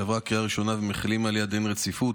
שעברה בקריאה ראשונה ומחילים עליה דין רציפות,